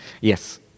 Yes